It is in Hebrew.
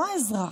לא האזרח.